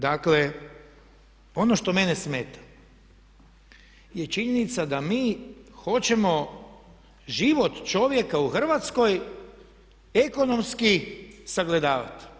Dakle, ono što mene smeta je činjenica da mi hoćemo život čovjeka u Hrvatskoj ekonomski sagledavati.